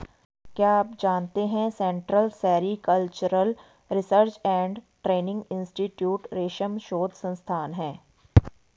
क्या आप जानते है central sericultural research and training institute रेशम शोध संस्थान है?